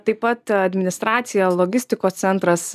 taip pat administracija logistikos centras